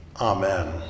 amen